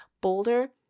bolder